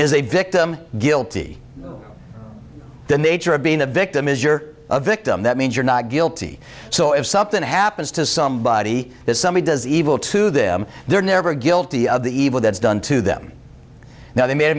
is a victim guilty the nature of being a victim is you're a victim that means you're not guilty so if something happens to somebody that somebody does evil to them they're never guilty of the evil that's done to them now they ma